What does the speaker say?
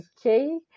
Okay